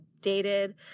dated